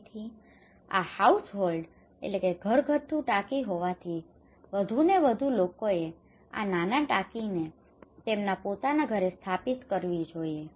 તેથી આ household household ઘરગથ્થુ ટાંકી હોવાથી વધુને વધુ લોકોએ આ નાના ટાંકીને તેમના પોતાના ઘરે સ્થાપિત કરવી જોઈએ